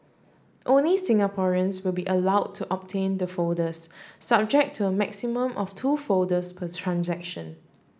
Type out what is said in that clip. only Singaporeans will be allowed to obtain the folders subject to a maximum of two folders per transaction